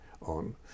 on